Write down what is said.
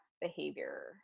behavior